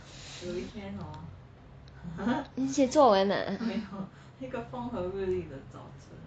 你写作文啊